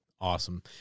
Awesome